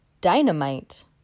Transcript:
Dynamite